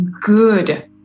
good